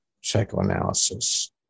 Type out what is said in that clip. psychoanalysis